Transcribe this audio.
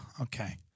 okay